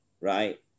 right